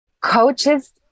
coaches